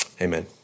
Amen